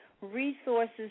resources